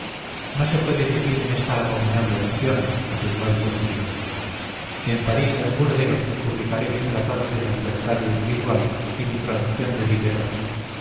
no se puede vivir en esta abominable nación afirmó el viejo filósofo en parís o en burdeos publicaré mi tratado de la libertad individual y mi traducción de diderot